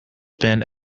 been